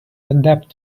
adapt